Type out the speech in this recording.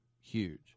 huge